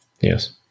Yes